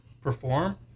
perform